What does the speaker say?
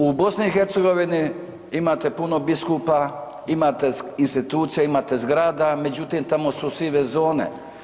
U BiH imate puno biskupa, imate institucija, imate zgrada, međutim tamo su sive zone.